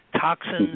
toxins